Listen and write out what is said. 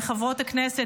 מחברות הכנסת,